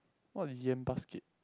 what is yam basket